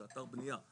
זה אתר בנייה,